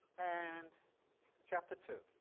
and chapter two.